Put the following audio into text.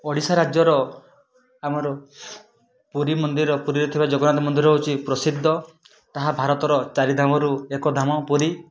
ଓଡ଼ିଶା ରାଜ୍ୟର ଆମର ପୁରୀ ମନ୍ଦିର ପୁରୀରେ ଥିବା ଜଗନ୍ନାଥ ମନ୍ଦିର ହଉଛି ପ୍ରସିଦ୍ଧ ତାହା ଭାରତର ଚାରିଧାମରୁ ଏକ ଧାମ ପୁରୀ